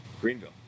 Greenville